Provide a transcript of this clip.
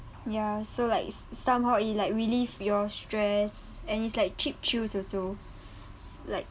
ya so like it's somehow it like relieve your stress and it's like cheap thrill also like